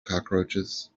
cockroaches